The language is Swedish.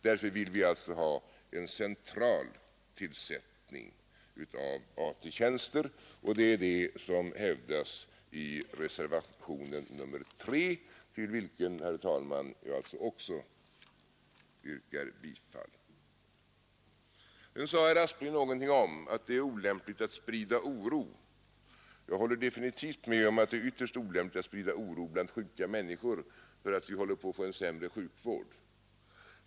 Därför vill vi alltså ha en central tillsättning av AT-tjänster, och det är det som hävdas i reservationen 3, till vilken jag, herr talman, alltså också yrkar bifall. Sedan sade herr Aspling något om att det är olämpligt att sprida oro. Jag håller definitivt med om att det är ytterst olämpligt att sprida oro bland sjuka människor för att vi håller på att få en sämre sjukvård.